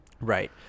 Right